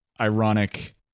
ironic